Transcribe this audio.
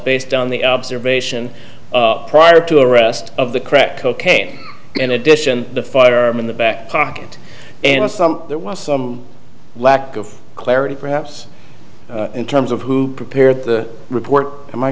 based on the observation prior to arrest of the crack cocaine in addition the firearm in the back pocket and some there was some lack of clarity perhaps in terms of who prepared the report am i